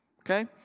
Okay